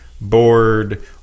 bored